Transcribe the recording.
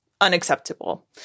unacceptable